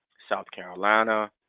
south carolina,